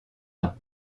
dents